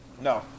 No